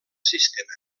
sistema